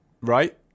Right